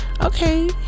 Okay